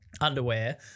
underwear